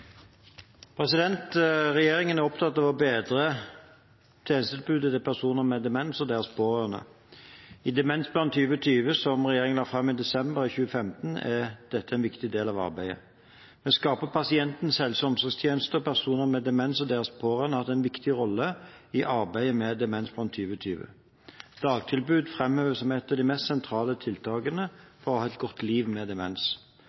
opptatt av å bedre tjenestetilbudet til personer med demens og deres pårørende. I Demensplan 2020, som regjeringen la fram i desember 2015, er en viktig del av arbeidet. Vi skaper pasientens helse- og omsorgstjeneste, og personer med demens og deres pårørende har hatt en viktig rolle i arbeidet med Demensplan 2020. Dagtilbud framheves som et av de mest sentrale tiltakene for å ha et godt liv med demens.